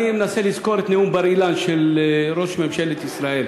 אני מנסה לזכור את נאום בר-אילן של ראש ממשלת ישראל,